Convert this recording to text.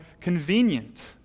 convenient